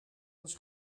eens